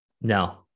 No